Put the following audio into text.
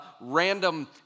random